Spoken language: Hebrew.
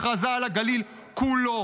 הכרזה על הגליל כולו,